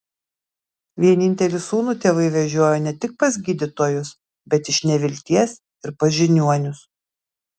vienintelį sūnų tėvai vežiojo ne tik pas gydytojus bet iš nevilties ir pas žiniuonius